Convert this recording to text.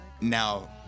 Now